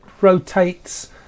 rotates